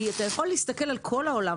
כי אתה יכול להסתכל על כל העולם,